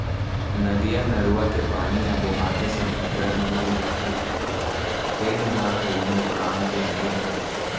नदियाँ, नरूवा के पानी ह बोहाके समुद्दर म मिल जाथे तेन ह कोनो काम के नइ रहय